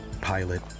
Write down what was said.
pilot